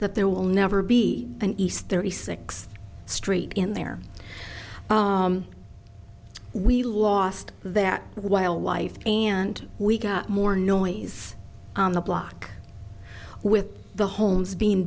that there will never be an east thirty six st in there we lost that while wife and we got more noise on the block with the homes being